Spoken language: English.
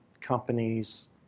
companies